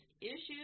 issues